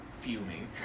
fuming